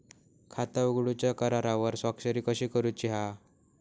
खाता उघडूच्या करारावर स्वाक्षरी कशी करूची हा?